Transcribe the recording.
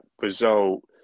result